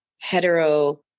hetero